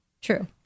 True